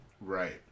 Right